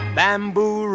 bamboo